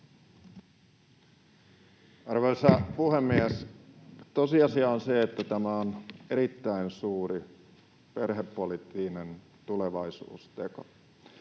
Arvoisa puhemies! Tosiasia on se, että tämä on erittäin suuri perhepoliittinen tulevaisuusteko.